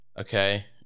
okay